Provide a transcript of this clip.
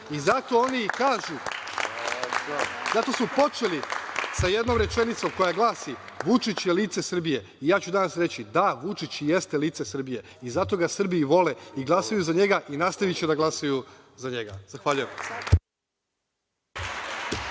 … (aplauz) i zato su počeli sa jednom rečenicom koja glasi – Vučić je lice Srbije. Ja ću danas reći – da, Vučić jeste lice Srbije i zato ga Srbi vole i glasaju za njega i nastaviće da glasaju za njega. Zahvaljujem.